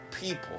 people